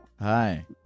Hi